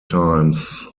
times